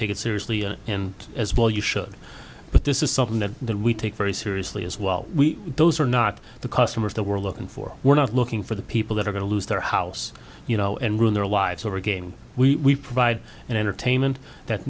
take it seriously and as well you should but this is something that that we take very seriously as well we are not the customers that we're looking for we're not looking for the people that are going to lose their house you know and ruin their lives over again we provide an entertainment that